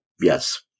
Yes